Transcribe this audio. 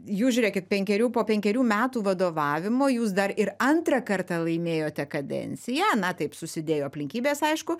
jūs žiūrėkit penkerių po penkerių metų vadovavimo jūs dar ir antrą kartą laimėjote kadenciją na taip susidėjo aplinkybės aišku